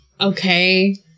okay